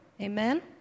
Amen